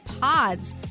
pods